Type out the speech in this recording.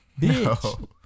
Bitch